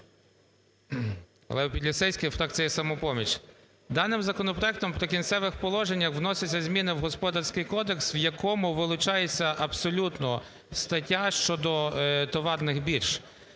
Даним законопроектом в "Прикінцевих положеннях" вносяться зміни в Господарський кодекс, в якому вилучається абсолютно стаття щодо товарних бірж,